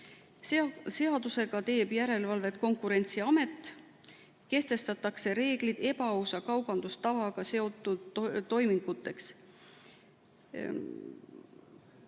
alusel teeb järelevalvet Konkurentsiamet, kehtestatakse reeglid ebaausa kaubandustavaga seotud toiminguteks.